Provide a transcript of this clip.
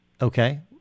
Okay